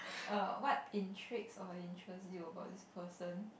err what intrigues or interests you about this person